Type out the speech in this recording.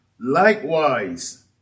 likewise